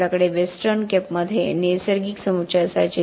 आपल्याकडे वेस्टर्न केपमध्ये नैसर्गिक समुच्चय असायचे